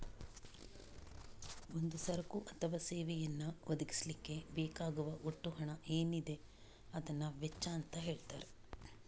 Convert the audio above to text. ಒಂದು ಸರಕು ಅಥವಾ ಸೇವೆಯನ್ನ ಒದಗಿಸ್ಲಿಕ್ಕೆ ಬೇಕಾಗುವ ಒಟ್ಟು ಹಣ ಏನಿದೆ ಅದನ್ನ ವೆಚ್ಚ ಅಂತ ಹೇಳ್ತಾರೆ